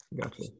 Gotcha